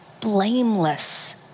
blameless